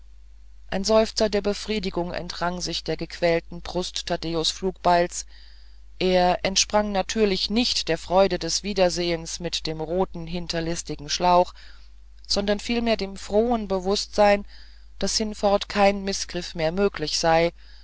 ein seufzer der befriedigung entrang sich der gequälten brust taddäus flugbeils er entsprang natürlich nicht der freude des wiedersehens mit dem roten hinterlistigen schlauch sondern vielmehr dem frohen bewußtsein daß hinfort kein mißgriff mehr möglich sei